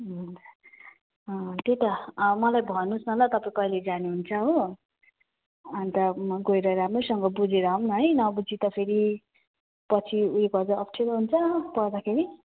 अँ त्यही त मलाई भन्नुहोस् न ल तपाईँ कहिले जानुहुन्छ हो अन्त म गएर राम्रोसँग बुझेर आऊँ न है नबुझी त फेरि पछि उयो गर्दा अप्ठ्यारो हुन्छ पढ्दाखेरि